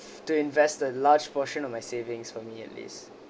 to invest a large portion of my savings for me at least